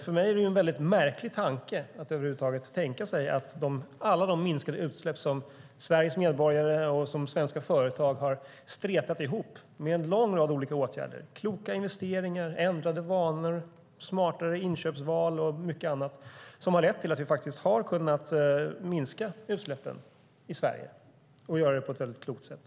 För mig är det en väldigt märklig tanke att över huvud taget tänka sig att föra dem vidare. Det handlar om alla de minskade utsläpp Sveriges medborgare och svenska företag har stretat ihop genom en lång rad olika åtgärder. Det är kloka investeringar, ändrade vanor, smartare inköpsval och mycket annat som har lett till att vi faktiskt har kunnat minska utsläppen i Sverige - och göra det på ett väldigt klokt sätt.